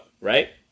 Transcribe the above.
right